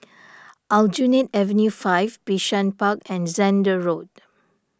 Aljunied Avenue five Bishan Park and Zehnder Road